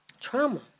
Trauma